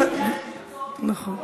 חוק של שר הפנים, נכון.